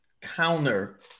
counter